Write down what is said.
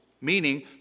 meaning